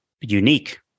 unique